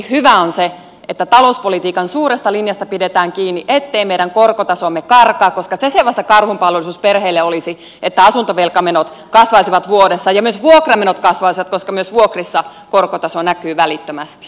hyvää on se että talouspolitiikan suuresta linjasta pidetään kiinni ettei meidän korkotasomme karkaa koska se se vasta karhunpalvelus perheille olisi että asuntovelkamenot kasvaisivat vuodessa ja myös vuokramenot kasvaisivat koska myös vuokrissa korkotaso näkyy välittömästi